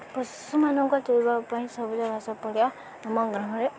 ପଶୁମାନଙ୍କ ଚରିବା ପାଇଁ ସବୁଜ ଘାସ ପଡ଼ିଆ ଆମ ଗହଣରେ